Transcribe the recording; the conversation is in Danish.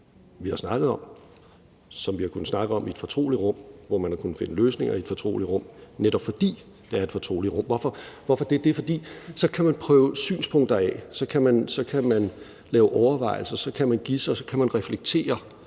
vi har snakket om, og som vi har kunnet snakke om i et fortroligt rum, hvor man har kunnet finde løsninger, netop fordi det er et fortroligt rum. Hvorfor det? Jo, for så kan man prøve synspunkter af, så kan man overveje ting, så kan man give sig, så kan man reflektere,